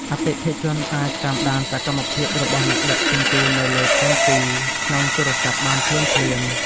អតិថិជនអាចតាមដានសកម្មភាពរបស់អ្នកដឹកជញ្ជូននៅលើផែនទីក្នុងទូរសព្ទបានភ្លាមៗ។